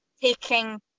taking